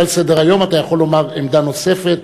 על סדר-היום אתה יכול לומר עמדה נוספת.